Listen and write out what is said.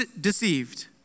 deceived